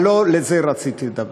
אבל לא על זה רציתי לדבר.